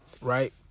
Right